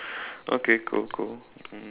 okay cool cool mm